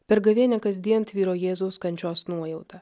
per gavėnią kasdien tvyro jėzaus kančios nuojauta